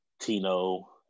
Tino